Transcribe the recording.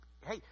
Hey